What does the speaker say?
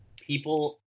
People